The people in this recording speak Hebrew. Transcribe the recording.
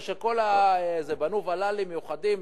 בנו ול"לים מיוחדים,